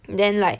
then like